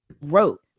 wrote